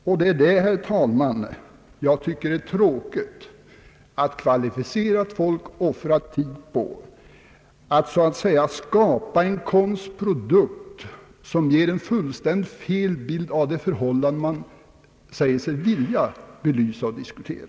Jag tycker, herr talman, att det är tråkigt att kvalificerat folk offrar tid på att så att säga skapa en konstprodukt, som ger en helt felaktig bild av det förhållande man säger sig vilja belysa och diskutera.